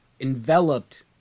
enveloped